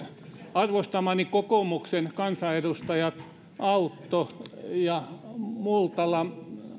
arvostamani kokoomuksen kansanedustajat autto ja multala